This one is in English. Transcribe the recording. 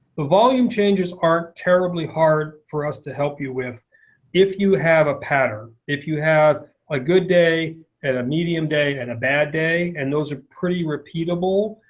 the volume changes aren't terribly hard for us to help you with if you have a pattern. if you have a good day and a medium day and a bad day. and those are pretty repeatable,